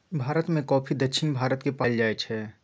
भारत मे कॉफी दक्षिण भारतक पहाड़ी मे उगाएल जाइ छै